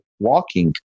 walking